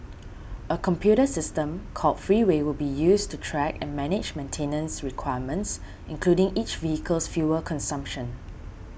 a computer system called Freeway will be used to track and manage maintenance requirements including each vehicle's fuel consumption